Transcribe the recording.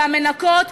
והמנקות,